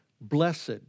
blessed